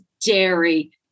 dairy